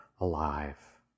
alive